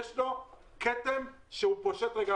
יש לו כתם שהוא פשוט רגל.